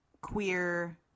Queer